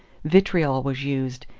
vitriol was used,